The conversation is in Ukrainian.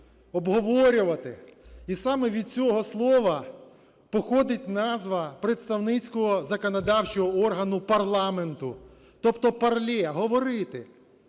обговорювати. І саме від цього слова походить назва представницького законодавчого органу парламенту. Тобто parler – говорити.